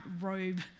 robe